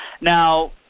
Now